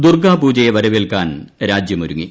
ദൂർഗ്ഗാ പൂജയെ വരുവേൽക്കാൻ രാജ്യം ഒരുങ്ങി